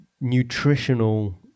nutritional